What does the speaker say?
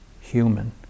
human